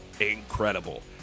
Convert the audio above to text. incredible